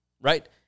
right